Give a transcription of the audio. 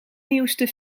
nieuwste